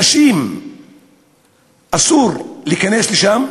לנשים אסור להיכנס לשם,